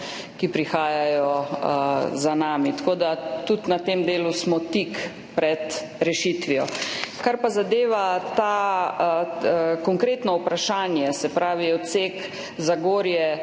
ki prihajajo za nami. Tako da tudi na tem delu smo tik pred rešitvijo. Kar pa zadeva konkretno vprašanje, se pravi odsek